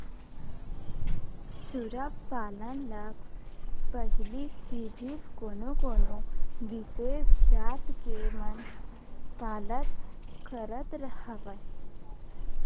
सूरा पालन ल पहिली सिरिफ कोनो कोनो बिसेस जात के मन पालत करत हवय